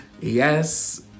yes